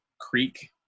Creek